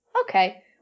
Okay